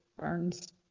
burns